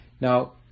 Now